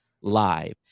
live